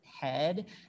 head